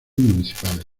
municipales